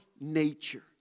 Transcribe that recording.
nature